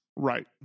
Right